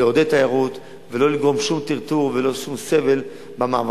לעודד תיירות ולא לגרום שום טרטור ולא שום סבל במעבר.